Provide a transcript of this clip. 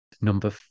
number